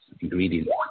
ingredients